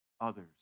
others